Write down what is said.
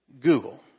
Google